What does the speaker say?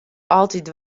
altyd